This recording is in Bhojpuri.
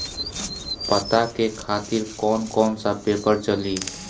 पता के खातिर कौन कौन सा पेपर चली?